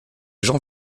gens